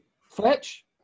Fletch